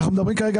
כן.